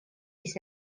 fis